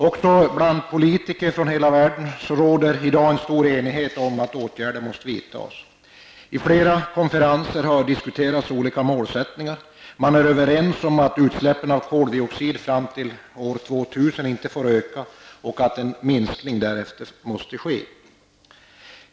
Också bland politiker från hela världen råder stor enighet om att åtgärder måste vidtas. Vid flera konferenser har olika målsättningar diskuterats. Man är överens om att utsläppen av koldioxid fram till år 2000 inte får öka och att en minskning därefter måste ske.